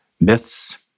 myths